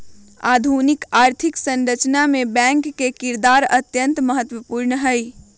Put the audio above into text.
आधुनिक आर्थिक संरचना मे बैंक के किरदार अत्यंत महत्वपूर्ण हई